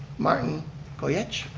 martin goyech.